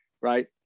right